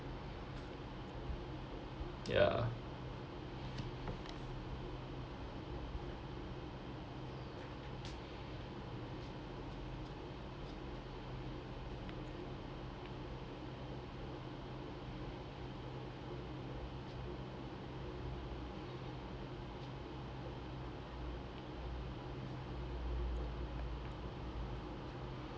ya